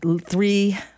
three